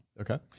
Okay